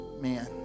man